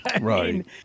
Right